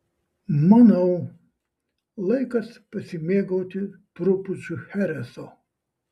manau laikas pasimėgauti trupučiu chereso